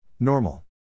Normal